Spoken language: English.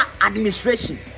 administration